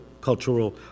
cultural